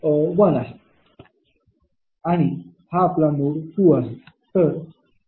आणि हा आपला नोड 2 आहे